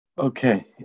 Okay